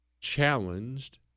challenged